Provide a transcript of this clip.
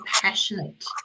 passionate